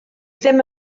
ddim